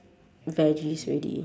veggies already